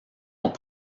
ont